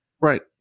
Right